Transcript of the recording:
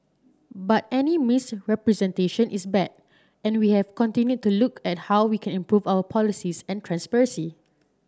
but any misrepresentation is bad and we have continued to look at how we can improve our policies and transparency